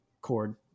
cord